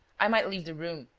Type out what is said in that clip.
i might leave the room,